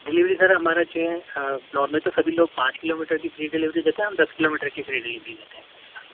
delivery sir ہمارا جو ہے نارمل تو سبھی لوگ پانچ کلو میٹر کی فری ڈلیوری دیتے ہیں ہم دس کلو میٹر کی فری ڈلیوری دیتے ہیں سر